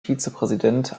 vizepräsident